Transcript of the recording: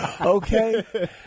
Okay